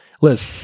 Liz